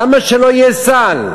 למה שלא יהיה סל?